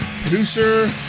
producer